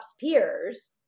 peers